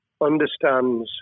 understands